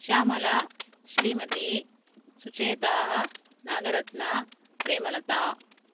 Shyamala Shrimati Sucheta Nagaratna Premlata